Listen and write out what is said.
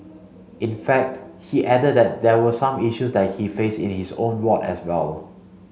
in fact he added that there were some issues that he faced in his own ward as well